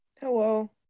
Hello